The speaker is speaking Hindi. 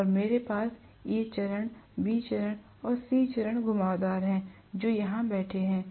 और मेरे पास A चरण B चरण और C चरण घुमावदार हैं जो यहां बैठे हैं